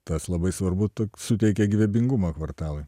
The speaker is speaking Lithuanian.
tas labai svarbu tai suteikia gyvybingumo kvartalai